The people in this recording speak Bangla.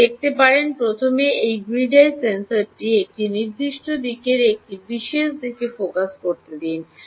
আপনি দেখতে পারেন প্রথমে এই গ্রিড আই সেন্সরটিকে একটি নির্দিষ্ট দিকের একটি বিশেষ দিকে ফোকাস করতে দিন